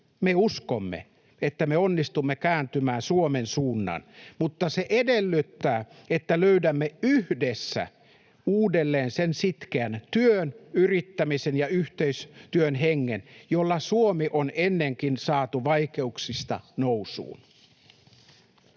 — uskomme, että onnistumme kääntämään Suomen suunnan. Mutta se edellyttää, että löydämme yhdessä uudelleen sen sitkeän työn, yrittämisen ja yhteistyön hengen, jolla Suomi on ennenkin saatu vaikeuksista nousuun.